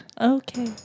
Okay